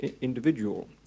individual